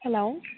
hello